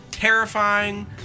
Terrifying